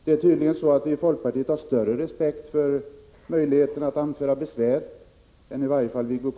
Det är tydligen så att vi i folkpartiet har större respekt för möjligheten att anföra besvär än vad Wiggo Komstedt har.